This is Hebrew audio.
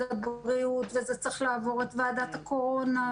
הבריאות וזה צריך לעבור את ועדת הקורונה.